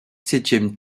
septième